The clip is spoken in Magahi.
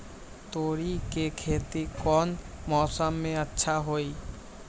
तोड़ी के खेती कौन मौसम में अच्छा होई?